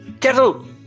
Kettle